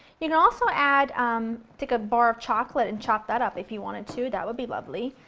you can also add um take a bar of chocolate and chop that up if you wanted to, that would be lovely,